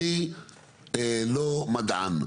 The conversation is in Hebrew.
אני לא מדען,